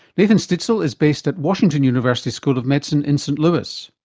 nathan stitziel is based at washington university school of medicine in st louis.